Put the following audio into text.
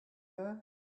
there